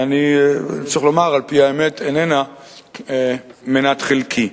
שצריך לומר על-פי האמת שאיננה מנת חלקי.